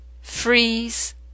freeze